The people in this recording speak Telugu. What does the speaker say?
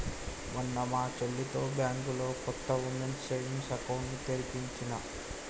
మొన్న మా చెల్లితో బ్యాంకులో కొత్త వుమెన్స్ సేవింగ్స్ అకౌంట్ ని తెరిపించినా